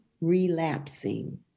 relapsing